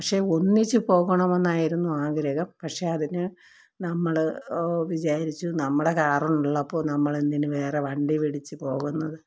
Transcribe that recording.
പക്ഷേ ഒന്നിച്ചു പോകണമെന്നായിരുന്നു ആഗ്രഹം പക്ഷേ അതിന് നമ്മൾ വിചാരിച്ചു നമ്മുടെ കാറുള്ളപ്പോൾ നമ്മളെന്തിന് വേറെ വണ്ടി പിടിച്ച് പോകുന്നത്